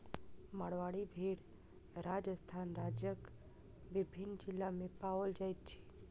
मारवाड़ी भेड़ राजस्थान राज्यक विभिन्न जिला मे पाओल जाइत अछि